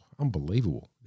unbelievable